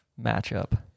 matchup